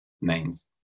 names